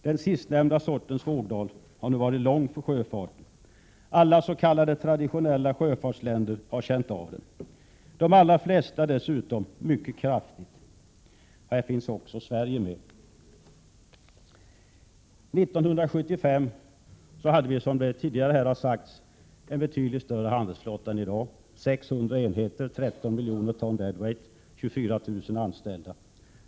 Den sistnämnda sortens vågdal har nu varit lång för sjöfarten. Alla s.k. traditionella sjöfartsländer har känt av den, de allra flesta dessutom mycket kraftigt. Bland dem finns också Sverige. År 1975 bestod den svenska handelsflottan fortfarande av mer än 600 enheter, 13 miljoner dödviktston och 24 000 ombordanställda.